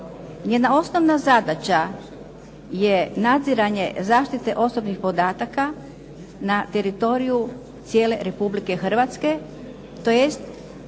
Njena osnovna zadaća je nadziranje zaštite osobnih podataka na teritoriju cijele Republike Hrvatske, tj.